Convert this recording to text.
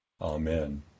Amen